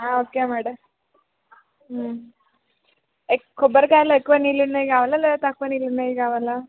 okay madam ఎక్ కొబ్బరికాయలలో ఎక్కువ నీళ్ళు ఉన్నాయి కావాల లేకపోతే తక్కువ నీళ్ళుఉన్నాయి కావాల